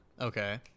okay